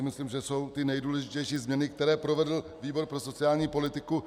Myslím, že to jsou ty nejdůležitější změny, které provedl výbor pro sociální politiku.